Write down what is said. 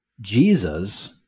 Jesus